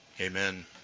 Amen